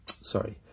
Sorry